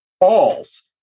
balls